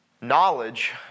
Knowledge